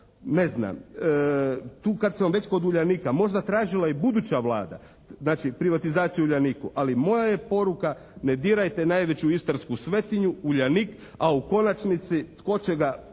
ne znam, tu kad sam već kod "Uljanika" možda tražila i buduća Vlada, znači privatizaciju "Uljanika", ali moja je poruka ne dirajte najveću istarsku svetinju "Uljanik". A u konačnici tko će